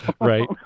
Right